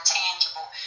tangible